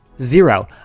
Zero